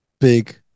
big